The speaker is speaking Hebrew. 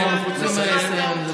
אנחנו רוצים לסיים.